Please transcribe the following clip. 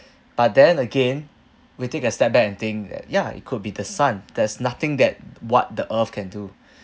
but then again we take a step back and think that ya it could be the sun there's nothing that what the earth can do